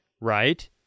right